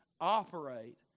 operate